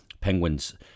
Penguins